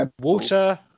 water